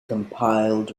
compiled